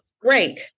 great